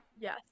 yes